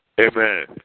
Amen